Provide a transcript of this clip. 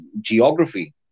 geography